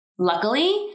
Luckily